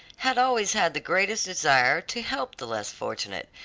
had always had the greatest desire to help the less fortunate,